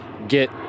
get